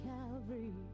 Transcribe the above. Calvary